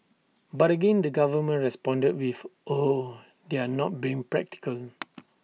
but again the government responded with oh they're not being practical